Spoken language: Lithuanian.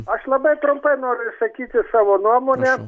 aš labai trumpai noriu išsakyti savo nuomonę